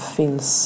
finns